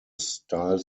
style